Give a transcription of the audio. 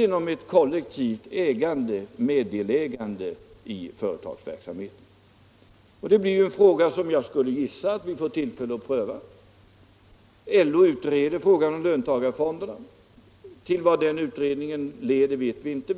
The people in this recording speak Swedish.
också med ett kollektivt meddelägande i företagsverksamheten. Det är en fråga som jag skulle gissa att vi får tillfälle att pröva. LO utreder frågan om löntagarfonderna. Vad den utredningen leder till vet vi inte.